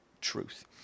truth